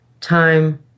Time